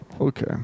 okay